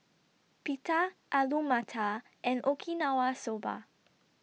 Pita Alu Matar and Okinawa Soba